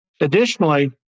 Additionally